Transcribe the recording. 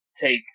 take